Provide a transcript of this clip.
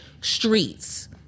streets